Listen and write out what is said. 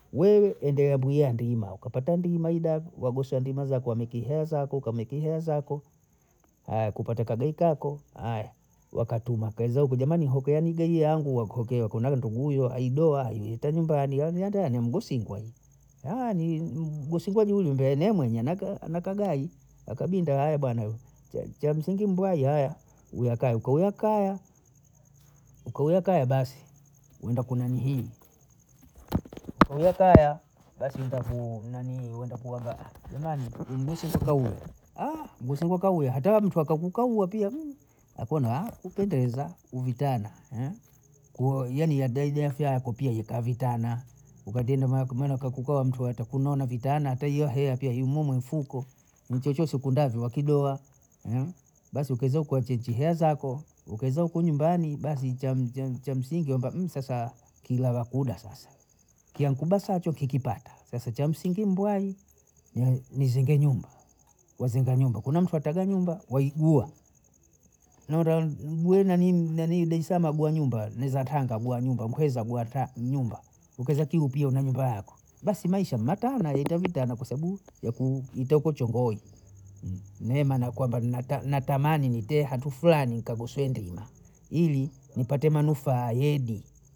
Wewe endea buya ndima ukapata ndima idabu wagoswa ndima za kuhamikieza ako, kuhamikieza ako, aya kupata kagei kako aya wakatuma kezi ake jamani haukanigei yangu wakuekeako nawe nguguye aidoa aileita nyumbani yaani ata ni mgusingwa mgusingwa juli ndo ainemwe nyie ana ka gayi akabinda aya bwana, chamsingi mbwai aya ulakayi kwa uwakaya, ukauya kaya basi wenda kunanihii kauye kaya basi unaenda ku nanii wenda kuhaga wa nani mgosi huyo kauli mgosi huyo kauya hata mntu akagukauwa pia akaona upendeza uvitana kuo yaani adeijafya yako pia ikavitana ukatendemaka maana kwa kukwaa mtu atakunana vitana ata hiyo hea pia imo mwimfuko, mwichochose kundavyo wakidoa basi ukiweza kuwa chenchi hea zako ukaweza kuu nyumbani basi cha cha msingi omba sasa kila wakuda sasa, kia nkuba sacho kikipata sasa cha msingi mbwai ni- nzenge nyumba wazenga nyumba, kuna mtu ataga nyumba waigua, neta nijione mimi daesaama bwa nyumba ni za tanga bwa nyumba mheza bwata nyumba, kukoza kiu pia una nyumba yako, basi Maisha matana, yita vitana kwa sabu yakuiteko chongoi, mwema nakwenda ninata ninatamani niteha ntu Fulani kagosowe ndima ili npate manufaa yedi.